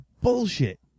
bullshit